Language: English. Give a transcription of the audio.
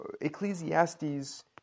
Ecclesiastes